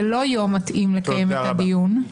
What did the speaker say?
זה לא יום מתאים לקיים את הדיון.